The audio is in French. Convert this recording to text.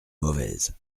mauvaise